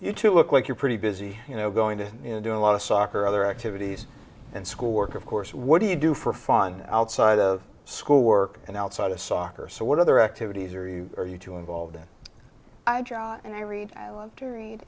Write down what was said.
you two look like you're pretty busy you know going to do a lot of soccer or other activities and schoolwork of course what do you do for fun outside of school work and outside of soccer so what other activities are you are you too involved in our job and i read i love to read